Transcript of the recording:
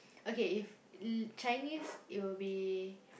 okay if l~ Chinese it will be